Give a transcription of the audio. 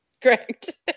Correct